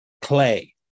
clay